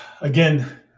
Again